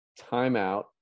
timeout